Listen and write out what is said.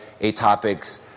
atopics